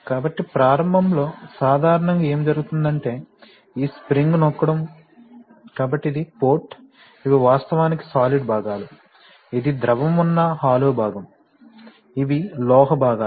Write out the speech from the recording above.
కాబట్టి ప్రారంభం లో సాధారణంగా ఏమి జరుగుతుందంటే ఈ స్ప్రింగ్ నొక్కడం కాబట్టి ఇది పోర్ట్ ఇవి వాస్తవానికి సాలిడ్ భాగాలు ఇది ద్రవం ఉన్న హాలో భాగం ఇవి లోహ భాగాలు